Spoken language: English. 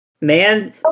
Man